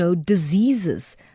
diseases